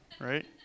right